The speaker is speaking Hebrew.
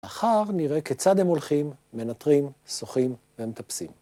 מחר נראה כיצד הם הולכים, מנטרים, שוחים ומטפסים.